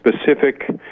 specific